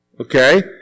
Okay